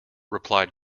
replied